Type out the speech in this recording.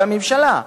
בממשלה,